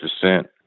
descent